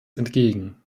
entgegen